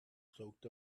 soaked